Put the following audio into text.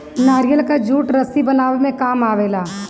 नारियल कअ जूट रस्सी बनावे में काम आवेला